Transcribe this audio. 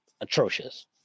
atrocious